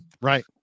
Right